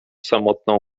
samotną